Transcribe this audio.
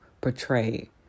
portray